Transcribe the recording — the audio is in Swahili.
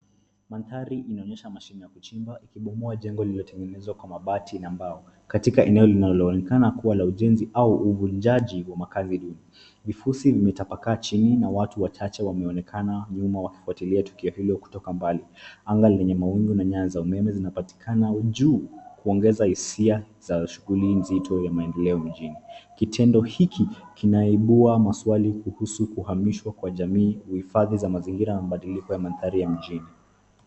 Mandhari inaonyesha mashine ya kuchimba ikibomoa jengo lililojengwa kwa mabati na mbao katika eneo linaloonekana kuwa la ujenzi au uvunjaji wa makazi duni. Vifusi vimetapaka chini an watu wachache wameonekana nyuma wakifuatilia tukio hilo kutoka mbali. Anga ni lenye mawingu na nyaya za umeme zinapatikana juu kuongeza hisia nzito ya maendeleo mjini. Kitendo hiki kinaibua maswali kuhusu kuhamishwa kwa jamii, uhifadhi za mazingira na mabadiliko ya mandhari ya mjini.